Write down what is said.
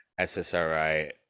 ssri